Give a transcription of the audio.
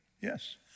Yes